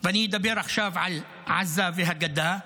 ואני אדבר עכשיו על עזה והגדה,